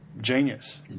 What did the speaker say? genius